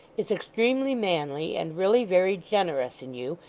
it's extremely manly, and really very generous in you,